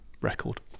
record